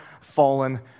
fallen